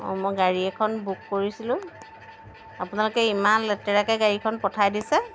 অঁ মই গাড়ী এখন বুক কৰিছিলোঁ আপোনালোকে ইমান লেতেৰাকৈ গাড়ীখন পঠাই দিছে